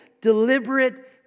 deliberate